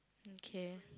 okay